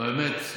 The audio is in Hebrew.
אבל באמת,